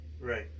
right